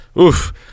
oof